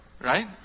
Right